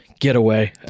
getaway